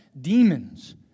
demons